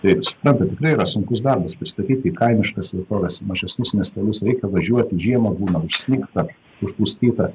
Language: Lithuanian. tai suprantat tikrai yra sunkus darbas pristatyti į kaimiškas vietoves mažesnius miestelius reikia važiuoti žiemą būna užsnigta užpustyta